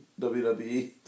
WWE